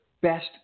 best